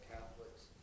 Catholics